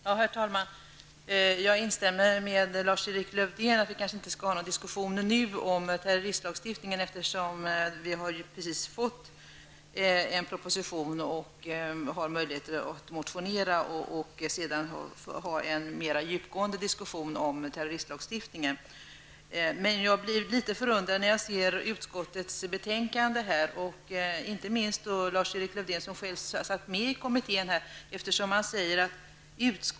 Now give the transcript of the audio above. Herr talman! Jag instämmer med Lars-Erik Lövdén i att vi inte nu skall föra en diskussion om terroristlagstiftningen. En proposition i ärendet har just kommit, och vi får möjlighet att väcka motioner med anledning av den. Därefter kan vi föra en mer djupgående diskussion om terroristlagstiftningen. Jag blir litet förundrad när jag läser utskottets betänkande, inte minst med tanke på att Lars-Erik Lövdén själv har ingått i terroristlagstiftningskommittén.